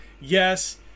yes